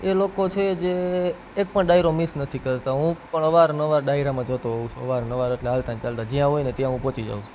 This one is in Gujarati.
એ લોકો છે જે એક પણ ડાયરો મિસ નથી કરતા હું પણ અવાર નવાર ડાયરામાં જતો હોઉં છું અવાર નવાર એટલે હાલતા ને ચાલતા જ્યાં હોય ને ત્યાં હું પહોંચી જાઉં છું